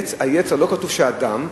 לא כתוב שהאדם,